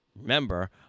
Remember